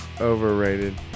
Overrated